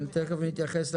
תיכף נתייחס להערות.